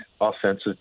offensive